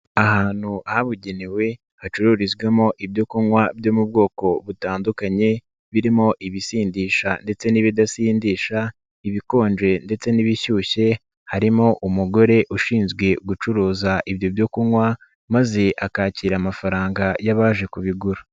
Ahantu habugenewe hacururizwamo ibyo kunywa byo mu bwoko butandukanye birimo ibisindisha ndetse n'ibidasindisha, ibikonje ndetse n'ibishyushye, harimo umugore ushinzwe gucuruza ibyo byo kunywa maze akakira amafaranga y'abaje kubigura.